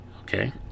okay